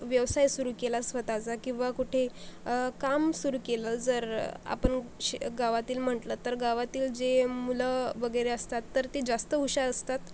व्यवसाय सुरू केला स्वतःचा किंवा कुठे काम सुरू केलं जर आपण शे गावातील म्हणलं तर गावातील जे मुलं वगैरे असतात तर ते जास्त हुशार असतात